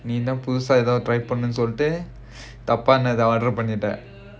நீ தான் புதுசா ஏதோ:neethaan pudhusaa edho order பண்ணனும்னு சொல்லிட்டு தப்பானது பண்ணிட்ட:pannanumnu sollittu thappaanathu pannitta